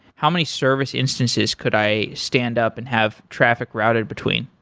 how many service instances could i stand up and have traffic routed between?